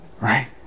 Right